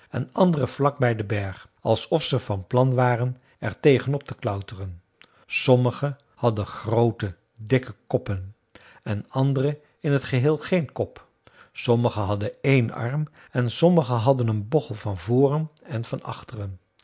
en andere vlak bij den berg alsof ze van plan waren er tegen op te klauteren sommige hadden groote dikke koppen en andere in t geheel geen kop sommige hadden één arm en sommige hadden een bochel van voren en van achteren